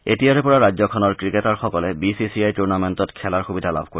এতিয়াৰপৰা ৰাজ্যখনৰ ক্ৰিকেটাৰসকলে বিচিচিআইৰ টুৰ্ণামেণ্টত খেলাৰ সুবিধা লাভ কৰিব